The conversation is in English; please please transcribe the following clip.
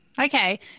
Okay